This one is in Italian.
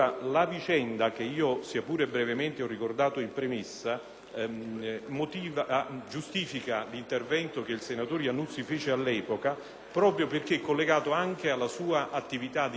giustifica l'intervento che il senatore Iannuzzi fece all'epoca proprio perché collegato anche alla sua attività di parlamentare, essendo stato il senatore Iannuzzi primo